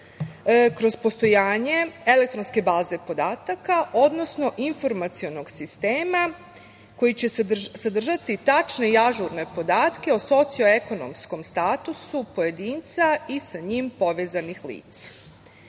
kroz postojanje elektronske baze podataka, odnosno informacionog sistema koji će sadržati tačne i ažurne podatke o socioekonomskom statusu pojedinca i sa njim povezanih